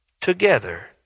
together